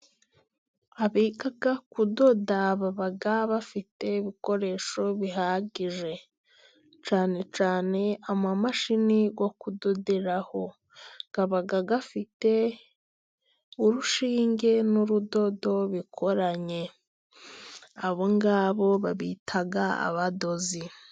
Abiga kudoda baba bafite ibikoresho bihagije, cyane cyane amamashini yo kudoderaho aba afite urushinge n'urudodo bikoranye, abo ngabo babita abadozi.